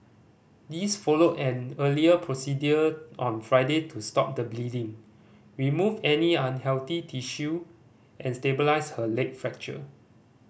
this followed an earlier procedure on Friday to stop the bleeding remove any unhealthy tissue and stabilise her leg fracture